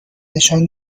نشان